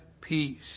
peace